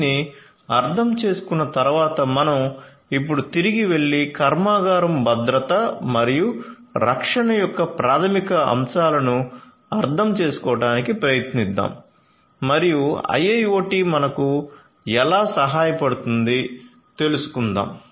దీనిని అర్థం చేసుకున్న తరువాత మనం ఇప్పుడు తిరిగి వెళ్లి కర్మాగారం భద్రత మరియు రక్షణ యొక్క ప్రాథమిక అంశాలను అర్థం చేసుకోవడానికి ప్రయత్నిద్దాం మరియు IIoT మనకు ఎలా సహాయపడుతుంది తెలుసుకుందాం